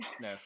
No